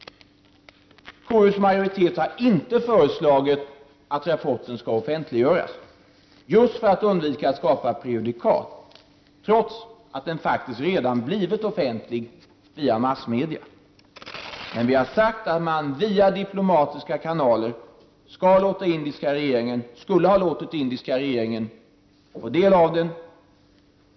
KUs majoritet har inte föreslagit att rapporten skall offentliggöras, just för att undvika att skapa prejudikat, trots att rapporten redan blivit offentlig via massmedia. Men KU har sagt att man via diplomatiska kanaler skulle ha låtit den indiska regeringen få del av den.